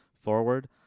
forward